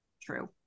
True